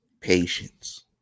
Patience